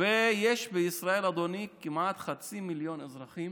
יש בישראל, אדוני, כמעט חצי מיליון אזרחים